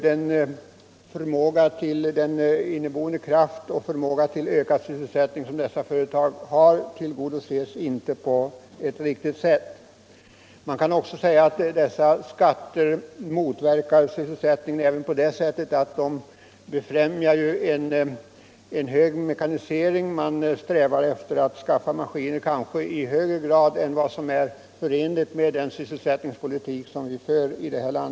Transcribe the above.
Den inneboende kraft och förmåga till ökad sysselsättning som dessa företag har kan inte utnyttjas. Skatterna motverkar sysselsättningen även på det sättet att de befrämjar en hög mekanisering — man strävar efter att skaffa maskiner i högre grad än vad som är förenligt med vår sysselsättningspolitik.